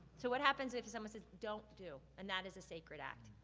so what happens if someone says, don't do, and that is a sacred act?